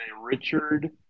Richard